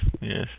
yes